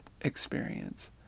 experience